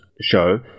show